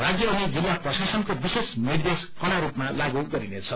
राज्य अनि जिल्ला प्रशासनको विशेष निर्देश कड़ा स्रपमा लागू गरिनेछ